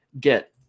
get